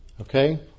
Okay